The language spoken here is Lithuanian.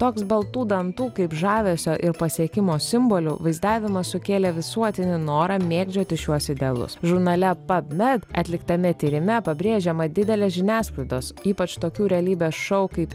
toks baltų dantų kaip žavesio ir pasiekimo simbolių vaizdavimas sukėlė visuotinį norą mėgdžioti šiuos idealus žurnale pabmed atliktame tyrime pabrėžiama didelę žiniasklaidos ypač tokių realybės šou kaip